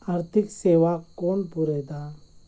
आर्थिक सेवा कोण पुरयता?